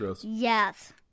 Yes